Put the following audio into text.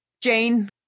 Jane